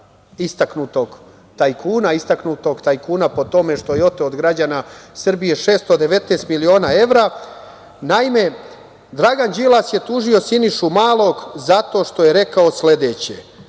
istaknutog tajkuna, istaknutog tajkuna po tome što je oteo od građana Srbije 619 miliona evra. Naime, Dragan Đilas je tužio Sinišu Malog zato što je rekao sledeće: